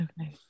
Okay